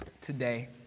today